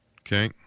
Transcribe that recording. Okay